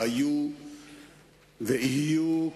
היו ויהיו,